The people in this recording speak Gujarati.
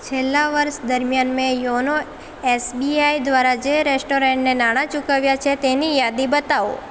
છેલ્લા વર્ષ દરમિયાન મેં યોનો એસબીઆઈ દ્વારા જે રેસ્ટોરન્ટને નાણા ચૂકવ્યાં છે તેની યાદી બતાવો